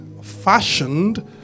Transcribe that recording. fashioned